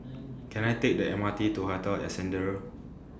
Can I Take The M R T to Hotel Ascendere